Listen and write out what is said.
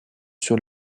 sur